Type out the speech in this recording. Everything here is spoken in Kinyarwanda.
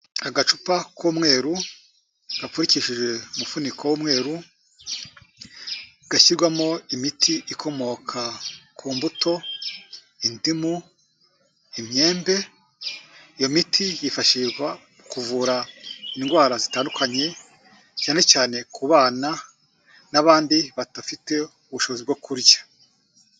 Agacupa k'umweru gapfundikishije umufuniko w'umweru, gashyirwamo imiti ikomoka ku mbuto, indimu, imyembe, iyo miti yifashishwa kuvura indwara zitandukanye cyane cyane ku bana n'abandi badafite ubushobozi bwo kurya.